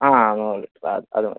ആ നൂറ് ആ അത് മതി